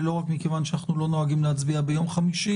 ולא רק מכיוון שאנחנו לא נוהגים להצביע בימי חמישי